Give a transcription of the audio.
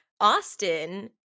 Austin